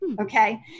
Okay